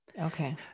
Okay